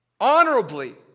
Honorably